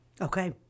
Okay